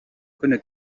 күнү